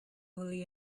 early